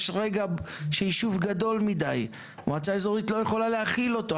יש רגע בו היישוב הוא גדול מדי ומועצה אזורית לא יכולה להכיל אותו.